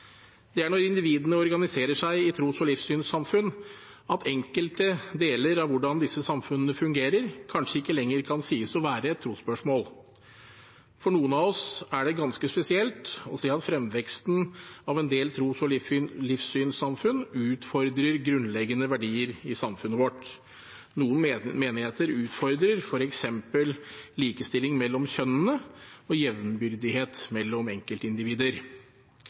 Det er når individene organiserer seg i tros- og livssynssamfunn, at enkelte deler av hvordan disse samfunnene fungerer, kanskje ikke lenger kan sies å være et trosspørsmål. For noen av oss er det ganske spesielt å se at fremveksten av en del tros- og livssynssamfunn utfordrer grunnleggende verdier i samfunnet vårt. Noen menigheter utfordrer f.eks. likestilling mellom kjønnene og jevnbyrdighet mellom enkeltindivider.